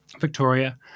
Victoria